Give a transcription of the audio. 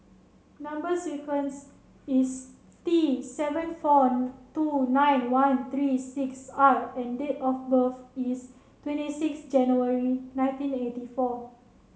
number sequence is T seven four two nine one three six R and date of birth is twenty six January nineteen eighty four